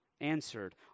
answered